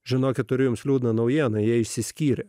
žinokit turiu jums liūdną naujieną jie išsiskyrė